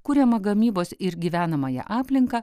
kuriamą gamybos ir gyvenamąją aplinką